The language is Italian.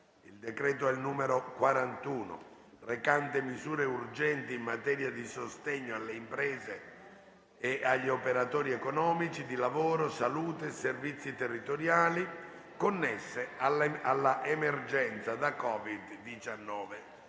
22 marzo 2021, n. 41, recante misure urgenti in materia di sostegno alle imprese e agli operatori economici, di lavoro, salute e servizi territoriali, connesse all'emergenza da COVID-19.